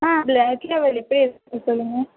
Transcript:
ஆ அதில் சொல்லுங்கள்